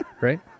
right